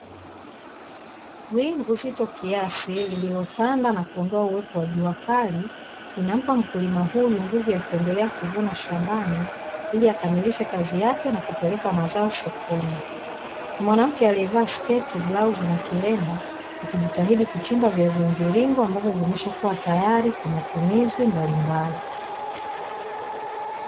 Wingu zito kiasi lililotanda na kuondoa jua kali linampa mkulima huyu nguvu ya kuendelea kuvuna shambani ili akamilishe kazi yake na kupeleka mazao sokoni, mwanamke aliyevaa sketi, blauzi na kilemba akijitahidi kuchimba viazi mviringo ambavyo vimeshakua tayari kwa ajili ya matumizi mbali mbali.